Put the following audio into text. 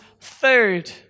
third